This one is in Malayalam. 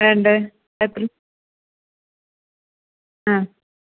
വേണ്ടത് എത്ര ആ